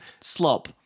Slop